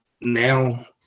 now